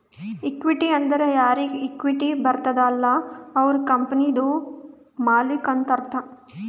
equity ಅಂದುರ್ ಯಾರಿಗ್ equity ಬರ್ತುದ ಅಲ್ಲ ಅವ್ರು ಕಂಪನಿದು ಮಾಲ್ಲಿಕ್ ಅಂತ್ ಅರ್ಥ